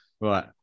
Right